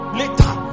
later